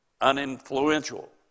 uninfluential